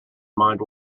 mind